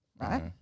right